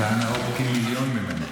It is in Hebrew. אתה נאור פי מיליון ממנו.